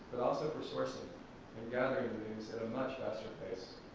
but also for sourcing and gathering news at a much faster pace.